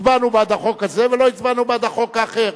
הצבענו בעד החוק הזה ולא הצבענו בעד החוק האחר.